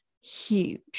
huge